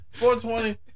420